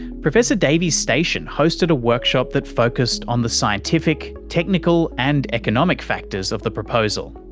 professor davies' station hosted a workshop that focused on the scientific, technical and economic factors of the proposal.